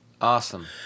Awesome